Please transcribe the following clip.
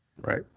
Right